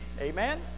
amen